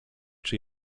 czy